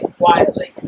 quietly